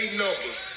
numbers